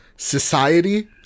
society